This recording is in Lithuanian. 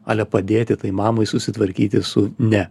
ale padėti tai mamai susitvarkyti su ne